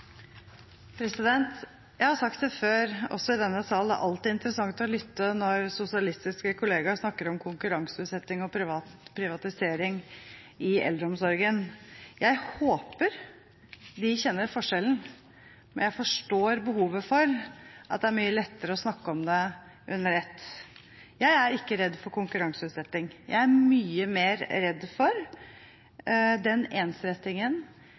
før, også i denne sal, at det alltid er interessant å lytte når sosialistiske kolleger snakker om konkurranseutsetting og privatisering i eldreomsorgen. Jeg håper de kjenner forskjellen, men jeg forstår behovet for at det er mye lettere å snakke om det under ett. Jeg er ikke redd for konkurranseutsetting. Jeg er mye mer redd for ensrettingen,